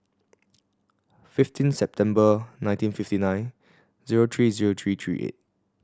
fifteen September nineteen fifty nine zero three zero three three eight